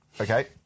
Okay